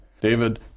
David